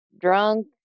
drunk